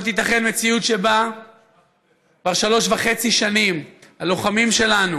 לא תיתכן מציאות שבה כבר שלוש וחצי שנים הלוחמים שלנו